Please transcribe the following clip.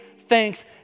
thanks